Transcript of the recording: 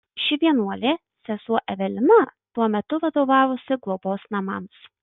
ši vienuolė sesuo evelina tuo metu vadovavusi globos namams